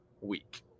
week